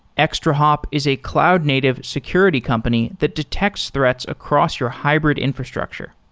extrahop is a cloud native security company that detects threats across your hybrid infrastructure.